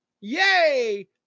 Yay